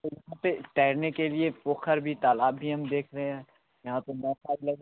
और यहाँ पर तैरने के लिए पोखर भी तालाब भी हम देख रहे हैं यहाँ पर